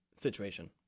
situation